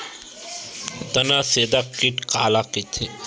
तनाछेदक कीट काला कइथे?